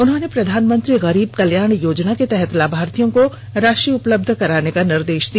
उन्होंने प्रधानमंत्री गरीब कल्याण योजना के तहत लाभार्थियों को राषि उपलब्ध कराने का निर्देष दिया